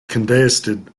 contested